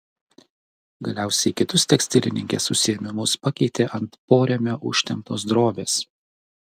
galiausiai kitus tekstilininkės užsiėmimus pakeitė ant porėmio užtemptos drobės